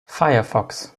firefox